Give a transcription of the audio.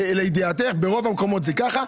לידיעתך, ברוב המקומות זה ככה.